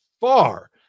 far